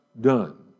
done